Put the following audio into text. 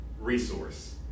resource